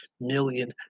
million